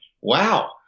wow